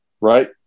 right